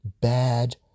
bad